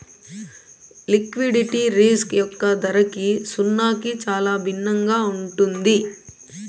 liquidity risk యొక్క ధరకి సున్నాకి చాలా భిన్నంగా ఉంటుంది